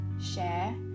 share